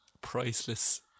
priceless